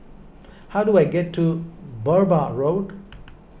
how do I get to Burmah Road